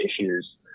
issues